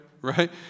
right